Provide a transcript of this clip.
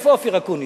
איפה אופיר אקוניס?